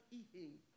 eating